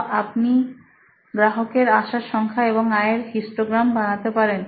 তো আপনি গ্রাহকের আসার সংখ্যা এবং আয়ের হিস্টগ্রাম বানাতে পারেন